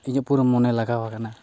ᱤᱧᱟᱹᱜ ᱯᱩᱨᱟᱹ ᱢᱚᱱᱮ ᱞᱟᱜᱟᱣ ᱟᱠᱟᱱᱟ